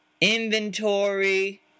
inventory